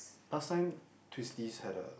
last time Twisties had a